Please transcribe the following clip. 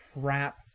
crap